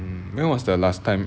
mm when was the last time